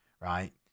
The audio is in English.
right